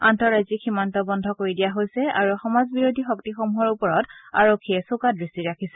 আন্তঃৰাজ্যিক সীমান্ত বন্ধ কৰি দিয়া হৈছে আৰু সমাজ বিৰোধী শক্তিসমূহৰ ওপৰত আৰক্ষীয়ে চোকা দৃষ্টি ৰাখিছে